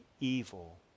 evil